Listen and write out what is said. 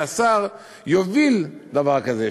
שהשר יוביל דבר כזה,